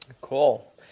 Cool